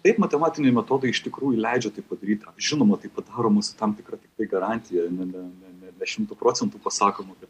taip matematiniai metodai iš tikrųjų leidžia tai padaryti žinoma tai padaroma su tam tikra tai garantija ne ne ne šimtu procentų pasakoma kad